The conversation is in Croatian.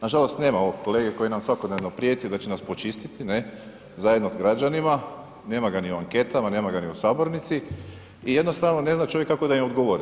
Nažalost, nema ovog kolege koji nam svakodnevno prijeti da će nas počistiti, ne, zajedno s građanima, nema ga ni u anketama, nema ga ni u sabornici i jednostavno ne zna čovjek kako da im odgovori.